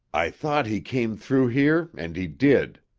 i thought he came through here and he did,